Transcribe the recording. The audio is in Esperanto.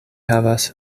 havas